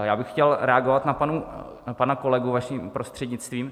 Já bych chtěl reagovat na pana kolegu vaším prostřednictvím.